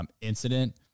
incident